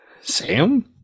Sam